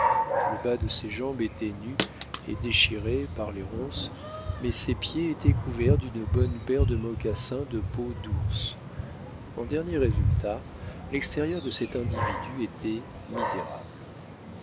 le bas de ses jambes était nu et déchiré par les ronces mais ses pieds étaient couverts d'une bonne paire de mocassins de peau d'ours en dernier résultat l'extérieur de cet individu était misérable